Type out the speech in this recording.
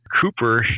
Cooper